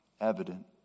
evident